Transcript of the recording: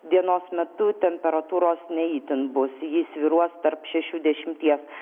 dienos metu temperatūros ne itin bus ji svyruos tarp šešių dešimties